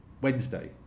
Wednesday